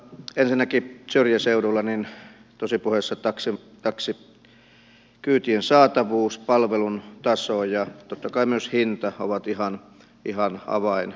ensinnäkin syrjäseudulla tosi puheessa taksikyytien saatavuus palvelun taso ja totta kai myös hinta ovat ihan avainkysymyksiä